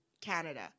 Canada